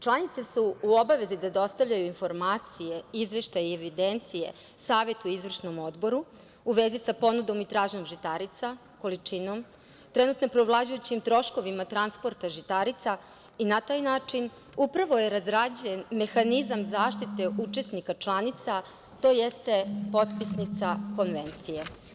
Članice su u obavezi da dostavljaju informacije, izveštaje i evidencije savetu i izvršnom odboru u vezi sa ponudom i tražnjom žitarica, količinom, trenutno preovlađujućim troškovima transporta žitarica i na taj način upravo je razrađen mehanizam zaštite učesnika članica tj. potpisnica Konvencije.